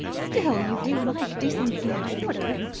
still, you do like decency and order,